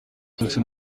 cyose